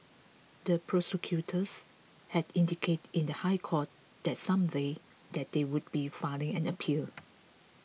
the prosecutors had indicated in the High Court that same day that they would be filing an appeal